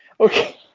okay